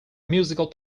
musical